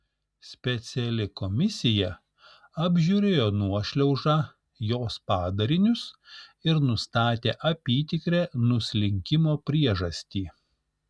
speciali komisija apžiūrėjo nuošliaužą jos padarinius ir nustatė apytikrę nuslinkimo priežastį